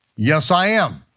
yes i am.